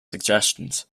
suggestions